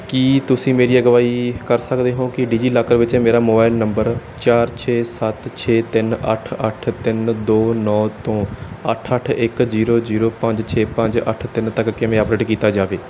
ਕੀ ਤੁਸੀਂ ਮੇਰੀ ਅਗਵਾਈ ਕਰ ਸਕਦੇ ਹੋ ਕਿ ਡਿਜੀਲਾਕਰ ਵਿੱਚ ਮੇਰਾ ਮੋਬਾਈਲ ਨੰਬਰ ਚਾਰ ਛੇ ਸੱਤ ਛੇ ਤਿੰਨ ਅੱਠ ਅੱਠ ਤਿੰਨ ਦੋ ਨੌਂ ਤੋਂ ਅੱਠ ਅੱਠ ਇੱਕ ਜ਼ੀਰੋ ਜ਼ੀਰੋ ਪੰਜ ਛੇ ਪੰਜ ਅੱਠ ਤਿੰਨ ਤੱਕ ਕਿਵੇਂ ਅੱਪਡੇਟ ਕੀਤਾ ਜਾਵੇ